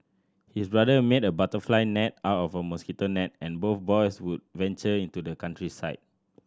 his brother made a butterfly net out of mosquito net and both boys would venture into the countryside